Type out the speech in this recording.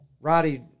Roddy